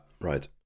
right